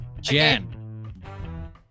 Jen